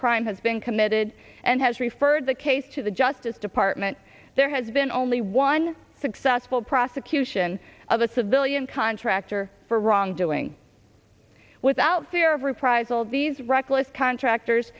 crime has been committed and has referred the case to the justice department there has been only one successful prosecution of a civilian contractor for wrongdoing being without fear of reprisal these reckless contractors